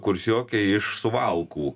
kursiokė iš suvalkų